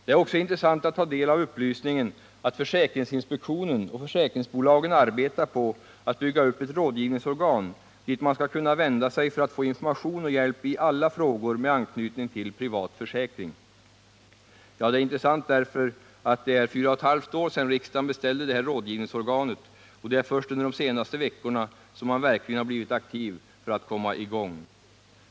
Det är också intressant att ta del av upplysningen att försäkringsinspektionen och försäkringsbolagen arbetar på att bygga upp ett rådgivningsorgan dit man skall kunna vända sig för att få information och hjälp i alla frågor med anknytning till privat försäkring. Det är intressant därför att det är fyra och ett halvt år sedan riksdagen beställde det här rådgivningsorganet. Det är först under de senaste veckorna som man verkligen har blivit aktiv för att komma i gång.